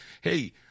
Hey